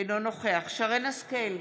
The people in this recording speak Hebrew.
אינו נוכח שרן מרים השכל,